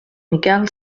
miquel